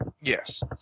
Yes